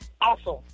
Awesome